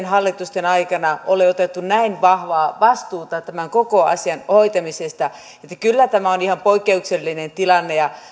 hallitusten aikana ole otettu näin vahvaa vastuuta tämän koko asian hoitamisesta kyllä tämä on ihan poikkeuksellinen tilanne ja